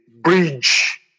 bridge